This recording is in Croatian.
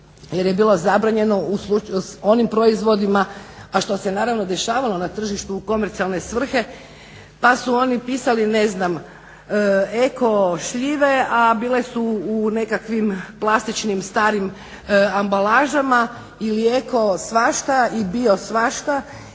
jer je bilo zabranjeno u onim proizvodima a što se naravno dešavalo na tržištu u komercijalne svrhe. Pa su oni pisali ne znam, eko šljive a bile su u nekakvim plastičnim starim ambalažama ili eko svašta i bio svašta.